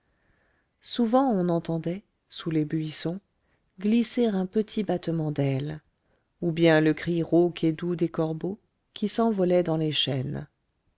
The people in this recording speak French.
souvent on entendait sous les buissons glisser un petit battement d'ailes ou bien le cri rauque et doux des corbeaux qui s'envolaient dans les chênes